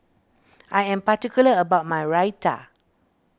I am particular about my Raita